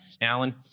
Alan